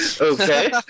Okay